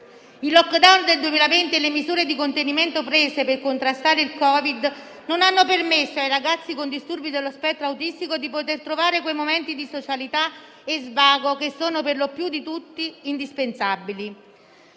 Il *lockdown* del 2020 e le misure di contenimento prese per contrastare il Covid non hanno permesso ai ragazzi con disturbi dello spettro autistico di poter trovare quei momenti di socialità e svago che sono per tutti indispensabili.